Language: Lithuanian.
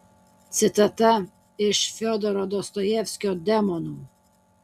citata iš fiodoro dostojevskio demonų